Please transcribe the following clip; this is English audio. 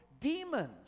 demons